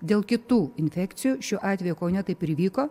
dėl kitų infekcijų šiuo atveju kaune taip ir įvyko